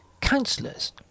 councillors